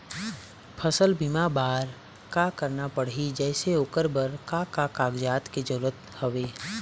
फसल बीमा बार का करना पड़ही जैसे ओकर बर का का कागजात के जरूरत हवे?